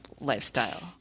lifestyle